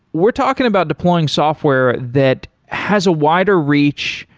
we're talking about deploying software that has a wider reach,